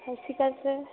ਸਤਿ ਸ਼੍ਰੀ ਅਕਾਲ ਸਰ